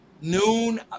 Noon